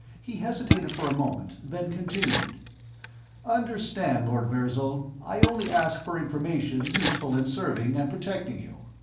he hesitated for a moment, then continued understand, lord virzal, i only ask for information useful in serving and protecting you.